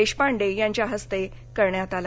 देशपांडे यांच्या हस्ते करण्यात आला